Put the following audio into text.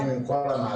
אפשר לדחות ליום למחרת.